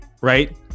right